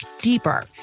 deeper